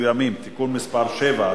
מסוימים (תיקון מס' 7),